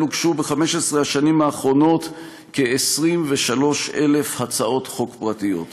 הוגשו ב-15 השנים האחרונות כ-23,000 הצעות חוק פרטיות.